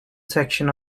section